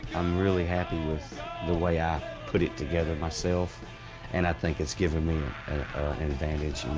i'm really happy with the way i put it together myself and i think it's given me an advantage,